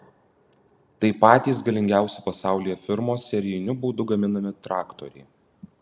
tai patys galingiausi pasaulyje firmos serijiniu būdu gaminami traktoriai